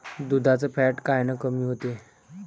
दुधाचं फॅट कायनं कमी होते?